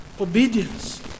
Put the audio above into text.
obedience